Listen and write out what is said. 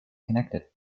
connected